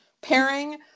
pairing